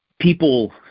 People